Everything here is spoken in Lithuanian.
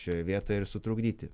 šioje vietoje ir sutrukdyti